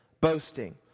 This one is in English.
boasting